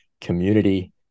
community